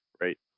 right